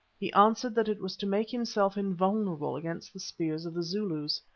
he answered that it was to make himself invulnerable against the spears of the zulus.